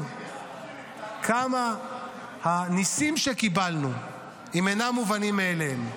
כמה הניסים שקיבלנו הם אינם מובנים מאליהם.